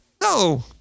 No